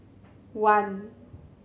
one